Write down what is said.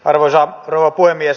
arvoisa rouva puhemies